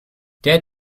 der